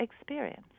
experience